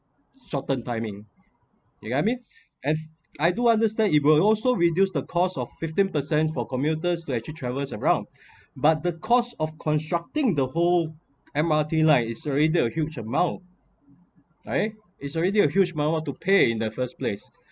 shorten timing you get I meant and I do understand it will also reduce the cost of fifteen percent for commuters to actually travel around but the cost of constructing the whole M_R_T line is already a huge amount right is already a huge amount to pay in the first place